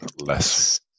less